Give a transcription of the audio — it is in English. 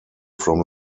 from